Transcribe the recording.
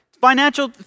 Financial